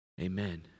Amen